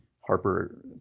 Harper